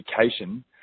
Education